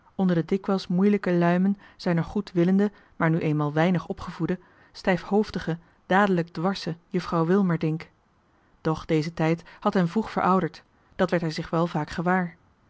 onder de dikwijls moeilijke luimen zijner goed willende maar nu eenmaal weinig opgevoede stijfhoofdige dadelijk dwarse juffrouw wilmerdink doch deze tijd had hem vroeg verouderd dat werd hij zich wel vaak gewaar